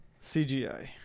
cgi